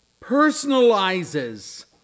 personalizes